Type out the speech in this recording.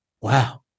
Wow